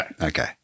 Okay